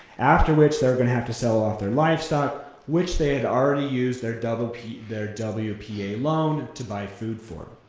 after which, they were gonna have to sell off their livestock, which they had already used their their wpa loan to buy food for.